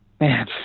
man